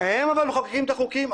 אבל הם מחוקקים את החוקים.